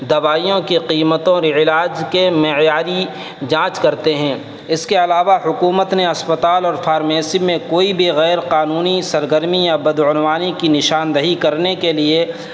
دوائیوں کی قیمتوں اور علاج کے معیاری جانچ کرتے ہیں اس کے علاوہ حکومت نے اسپتال اور فارمیسی میں کوئی بھی غیر قانونی سرگرمی یا بدعنوانی کی نشاندہی کرنے کے لیے